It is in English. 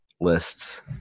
lists